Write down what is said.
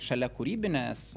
šalia kūrybinės